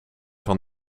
van